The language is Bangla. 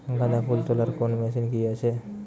গাঁদাফুল তোলার কোন মেশিন কি আছে?